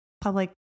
public